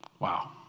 Wow